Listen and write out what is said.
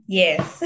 yes